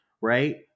right